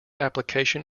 application